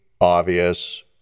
obvious